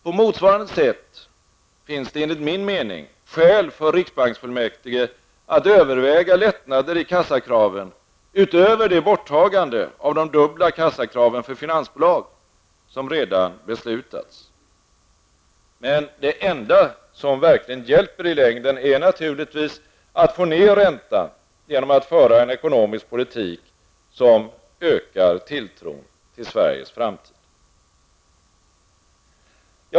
På motsvarande sätt finns det enligt min mening skäl för riksbanksfullmäktige att överväga lättnader i kassakraven utöver det borttagande av de dubbla kassakraven för finansbolag som redan beslutats. Men det enda som verkligen hjälper i längden är naturligtvis att få ned räntan genom att föra en ekonomisk politik som ökar tilltron till Sveriges framtid.